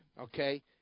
Okay